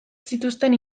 zituzten